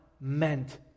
meant